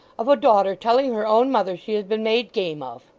of a daughter telling her own mother she has been made game of